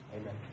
Amen